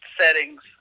settings